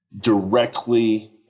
directly